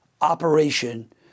operation